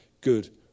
good